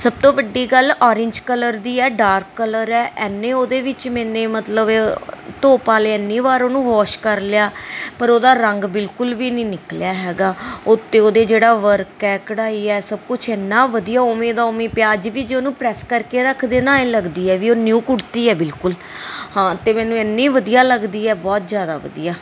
ਸਭ ਤੋਂ ਵੱਡੀ ਗੱਲ ਔਰੇਂਜ ਕਲਰ ਦੀ ਹੈ ਡਾਰਕ ਕਲਰ ਹੈ ਇੰਨੇ ਉਹਦੇ ਵਿੱਚ ਮੈਨੇ ਮਤਲਬ ਧੋ ਪਾ ਲਿਆ ਇੰਨੀ ਵਾਰ ਉਹਨੂੰ ਵਾਸ਼ ਕਰ ਲਿਆ ਪਰ ਉਹਦਾ ਰੰਗ ਬਿਲਕੁਲ ਵੀ ਨਹੀਂ ਨਿਕਲਿਆ ਹੈਗਾ ਉੱਤੇ ਉਹਦੇ ਜਿਹੜਾ ਵਰਕ ਹੈ ਕਢਾਈ ਹੈ ਸਭ ਕੁਛ ਇੰਨਾਂ ਵਧੀਆ ਉਵੇਂ ਦਾ ਉਵੇਂ ਪਿਆ ਅੱਜ ਵੀ ਜੇ ਉਹਨੂੰ ਪ੍ਰੈਸ ਕਰਕੇ ਰੱਖਦੇ ਨਾ ਐਂ ਲੱਗਦੀ ਹੈ ਵੀ ਉਹ ਨਿਊ ਕੁੜਤੀ ਹੈ ਬਿਲਕੁਲ ਹਾਂ ਅਤੇ ਮੈਨੂੰ ਇੰਨੀ ਵਧੀਆ ਲੱਗਦੀ ਹੈ ਬਹੁਤ ਜ਼ਿਆਦਾ ਵਧੀਆ